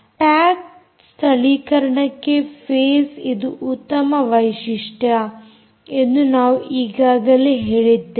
tag ಸ್ಥಳೀಕರಣಕ್ಕೆ face ಇದು ಉತ್ತಮ ವೈಶಿಷ್ಟ್ಯ ಎಂದು ನಾವು ಈಗಾಗಲೇ ಹೇಳಿದ್ದೇವೆ